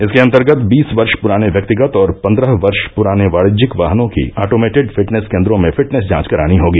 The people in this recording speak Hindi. इसके अन्तर्गत बीस वर्ष पुराने व्यक्तिगत और पन्द्रह वर्ष पुराने वाणिज्यिक वाहनों की ऑटोमेटेड फिटनेस केन्द्रो में फिटनेस जांच करानी होगी